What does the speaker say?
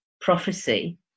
prophecy